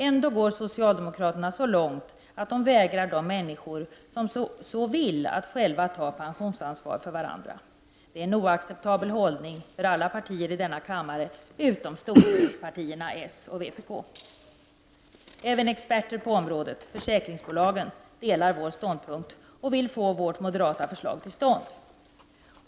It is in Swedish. Ändå går socialdemokraterna så långt att de vägrar de människor som så vill att själva ta pensionsansvar för varandra. Det är en oacceptabel hållning för alla partier i denna kammare utom för storebrorspartierna socialdemokraterna och vpk. Även experter på området, dvs. försäkringsbolagen, delar vår ståndpunkt och vill få vårt moderata förslag till stånd.